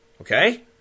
Okay